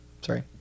Sorry